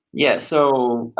yeah. so,